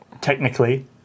Technically